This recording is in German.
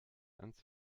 ans